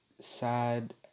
sad